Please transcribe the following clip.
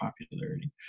popularity